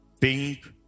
pink